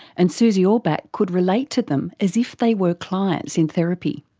and susie orbach could relate to them as if they were clients in therapy.